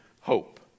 hope